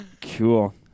Cool